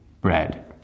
bread